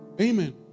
Amen